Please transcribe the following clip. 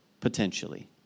potentially